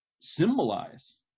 symbolize